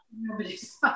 nobody's